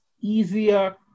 easier